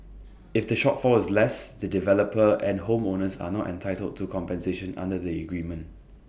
if the shortfall is less the developer and home owners are not entitled to compensation under the agreement